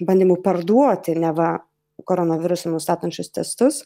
bandymų parduoti neva koronavirusą nustatančius testus